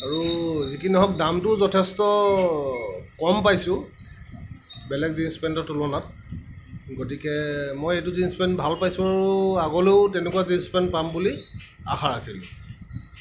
আৰু যি কি নহওক দামটোও যথেষ্ট কম পাইছোঁ বেলেগ জীনছ্ পেণ্টৰ তুলনাত গতিকে মই এইটো জীনছ্ পেণ্ট ভাল পাইছোঁ আৰু আগলৈও তেনেকুৱা জীনছ্ পেণ্ট পাম বুলি আশা ৰাখিলোঁ